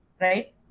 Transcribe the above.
right